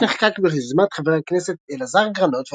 החוק נחקק ביוזמת חבר הכנסת אלעזר גרנות,